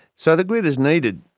so the grid is needed,